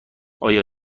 آیا